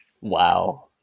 Wow